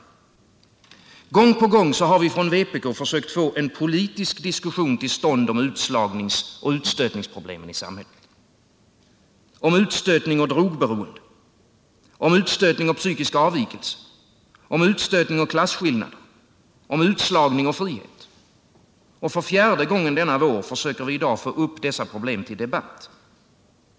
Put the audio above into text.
Gång på gång har vi från vpk försökt få till stånd en politisk diskussion om utslagningsoch utstötningsproblemen i samhället — om utstötning och drogberoende, om utstötning och psykisk avvikelse, om utstötning och klasskillnader, om utslagning och frihet. För fjärde gången denna vår försöker vi i dag få upp dessa problem till debatt.